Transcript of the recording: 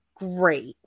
great